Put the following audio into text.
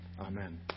amen